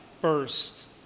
first